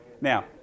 Now